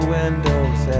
windows